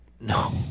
No